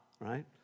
right